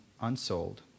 unsold